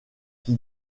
qui